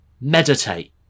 meditate